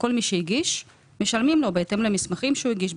לכל מי שהגיש שילמו בהתאם למסמכים שהוא הגיש,